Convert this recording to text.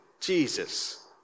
Jesus